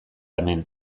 hemen